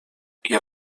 ihr